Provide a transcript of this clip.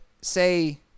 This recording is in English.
say